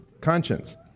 Conscience